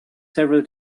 several